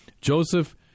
Joseph